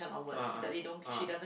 uh uh uh